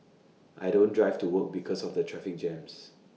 I don't drive to work because of the traffic jams